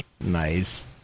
Nice